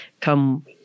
come